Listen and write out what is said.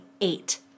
eight